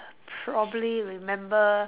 probably remember